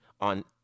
on